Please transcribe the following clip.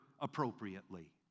appropriately